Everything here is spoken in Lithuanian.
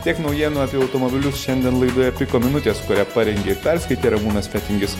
tiek naujienų apie automobilius šiandien laidoje piko minutės kurią parengė perskaitė ramūnas fetingis